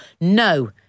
No